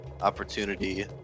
opportunity